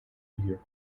year